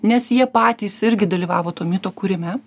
nes jie patys irgi dalyvavo to mito kūrime